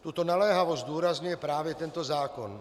Tuto naléhavost zdůrazňuje právě tento zákon.